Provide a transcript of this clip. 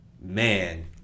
man